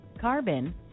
carbon